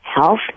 health